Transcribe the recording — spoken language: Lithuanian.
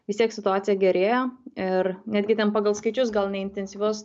vis tiek situacija gerėja ir netgi ten pagal skaičius gal neintensyvios